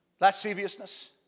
lasciviousness